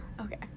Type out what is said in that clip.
Okay